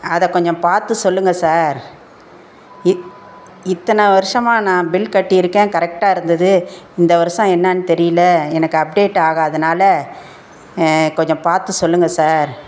அதை கொஞ்சம் பார்த்து சொல்லுங்கள் சார் இ இத்தனை வருஷமாக நான் பில் கட்டியிருக்கேன் கரெக்டாக இருந்தது இந்த வருஷம் என்னான்னு தெரியிலை எனக்கு அப்டேட் ஆகாததினால கொஞ்சம் பார்த்து சொல்லுங்கள் சார்